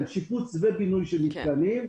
שיפוץ ובינוי של מתקנים.